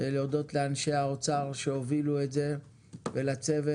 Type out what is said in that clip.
הודות לאנשי האוצר שהובילו את זה ולצוות,